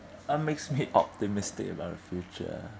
what makes me optimistic about the future